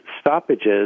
stoppages